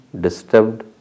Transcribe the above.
disturbed